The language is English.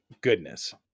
goodness